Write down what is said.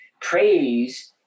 praise